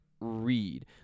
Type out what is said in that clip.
read